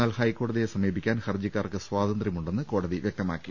എന്നാൽ ഹൈക്കോടതിയെ സമീപിക്കാൻ ഹർജിക്കാർക്ക് സ്വാതന്ത്ര്യമുണ്ടെന്ന് കോടതി വൃക്തമാക്കി